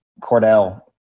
Cordell